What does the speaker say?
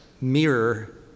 mirror